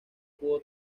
pudo